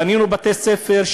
בנינו בתי-ספר,